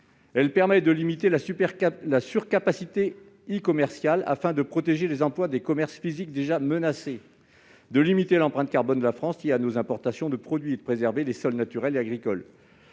Elle permet de limiter la surcapacité e-commerciale afin de protéger les emplois des commerces physiques déjà menacés ainsi que l'empreinte carbone liée à nos importations et de préserver les sols naturels et agricoles.